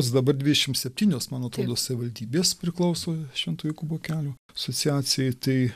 dabar dvidešimt septynios man atrodo savivaldybės priklauso švento jokūbo kelio asociacijai tai